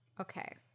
Okay